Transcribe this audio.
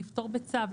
לפטור בצו,